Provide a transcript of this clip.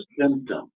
symptom